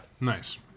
Nice